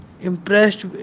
Impressed